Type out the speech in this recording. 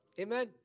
Amen